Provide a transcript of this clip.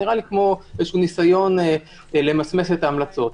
נראה לי כמו ניסיון למסמס את ההמלצות.